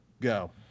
Go